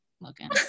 looking